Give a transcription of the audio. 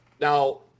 Now